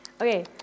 Okay